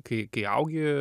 kai kai augi